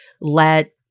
let